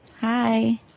Hi